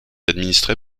administrée